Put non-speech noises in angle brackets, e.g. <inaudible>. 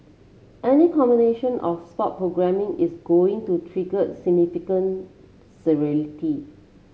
any combination of sport programming is going to trigger significant <unintelligible>